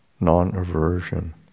non-aversion